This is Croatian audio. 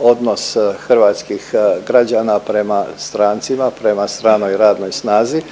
odnos hrvatskih građana prema strancima, prema stranoj radnoj snazi